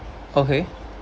okay